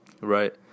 right